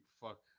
Fuck